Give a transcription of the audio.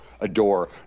adore